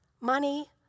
money